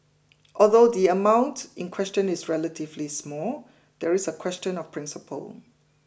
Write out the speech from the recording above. although the amount in question is relatively small there is a question of principle